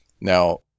Now